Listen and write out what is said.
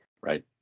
Right